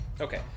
Okay